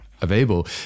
available